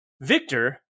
Victor